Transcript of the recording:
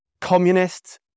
communists